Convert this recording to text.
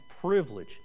privilege